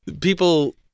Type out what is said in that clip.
people